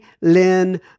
Lynn